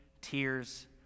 tears